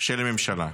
של הממשלה.